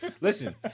Listen